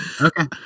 Okay